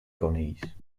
conills